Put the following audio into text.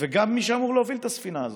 וגם למי שאמור להוביל את הספינה הזאת.